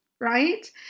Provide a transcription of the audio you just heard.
right